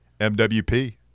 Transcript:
MWP